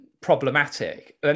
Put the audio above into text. problematic